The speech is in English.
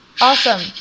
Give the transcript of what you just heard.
awesome